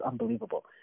unbelievable